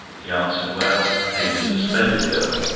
he answered well, daisy is a splendid girl,